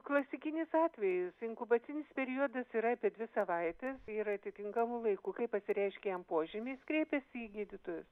klasikinis atvejis inkubacinis periodas yra apie dvi savaitės ir atitinkamu laiku kai pasireiškė jam požymiai jis kreipėsi į gydytojus